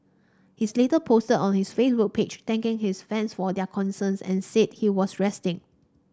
he's later posted on his Facebook page thanking his fans for their concerns and said he was resting